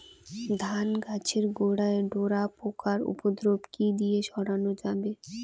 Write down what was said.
ধান গাছের গোড়ায় ডোরা পোকার উপদ্রব কি দিয়ে সারানো যাবে?